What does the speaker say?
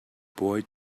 boy